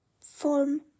form